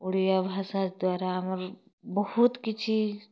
ଓଡ଼ିଆ ଭାଷା ଦ୍ୱାରା ଆମର୍ ବହୁତ୍ କିଛି